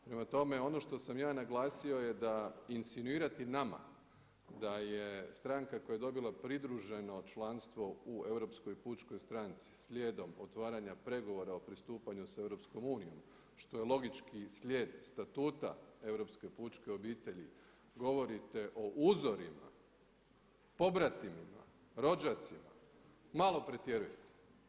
Prema tome, ono što sam ja naglasio je da insinuirati nama da je stranka koja je dobila pridruženo članstvo u Europskoj pučkoj stranci slijedom otvaranja pregovora o pristupanju sa EU što je logički slijed statuta europske pučke obitelji govorite o uzorima, pobratimima, rođacima, malo pretjerujete.